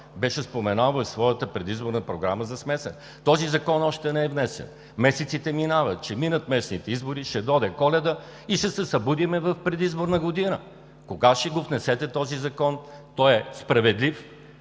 беше споменал в своята предизборна програма за смесена система. Този законопроект още не е внесен – месеците минават, ще минат местните избори, ще дойде Коледа и ще се събудим в предизборна година! Кога ще го внесете? Този закон е справедлив,